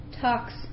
talks